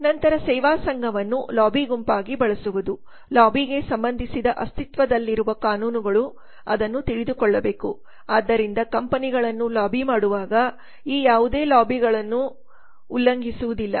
ನಂತರ ಸೇವಾ ಸಂಘವನ್ನು ಲಾಬಿಗುಂಪಾಗಿ ಬಳಸುವುದು ಲಾಬಿಗೆ ಸಂಬಂಧಿಸಿದ ಅಸ್ತಿತ್ವದಲ್ಲಿರುವ ಕಾನೂನುಗಳು ಅದನ್ನು ತಿಳಿದುಕೊಳ್ಳಬೇಕು ಆದ್ದರಿಂದ ಕಂಪನಿಗಳನ್ನು ಲಾಬಿಮಾಡುವಾಗ ಈ ಯಾವುದೇ ಲಾಬಿಗಳನ್ನು ಉಲ್ಲಂಘಿಸುವುದಿಲ್ಲ